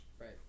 Right